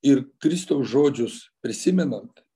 ir kristaus žodžius prisimenant